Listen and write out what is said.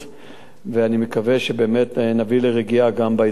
ואני מקווה שנביא לרגיעה גם באזור החשוב,